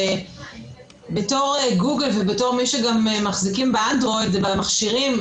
בתור גוגל ובתור מי שמחזיקים באנדרואיד ובמכשירים,